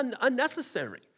unnecessary